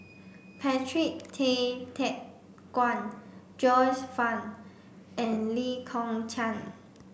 Patrick Tay Teck Guan Joyce Fan and Lee Kong Chian